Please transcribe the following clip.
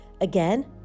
Again